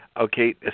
okay